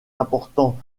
importants